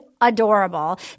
adorable